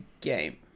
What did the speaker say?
game